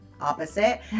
Opposite